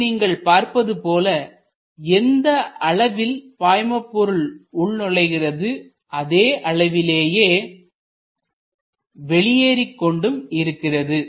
இங்கு நீங்கள் பார்ப்பது போல எந்த அளவில் பாய்மபொருள் உள்நுழைகிறது அதே அளவிலேயே வெளியேறிக் கொண்டும் இருக்கிறது